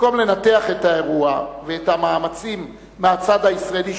במקום לנתח את האירוע ואת המאמצים שקדמו לו מהצד הישראלי,